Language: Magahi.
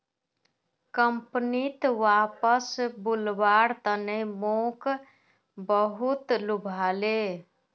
कंपनीत वापस बुलव्वार तने मोक बहुत लुभाले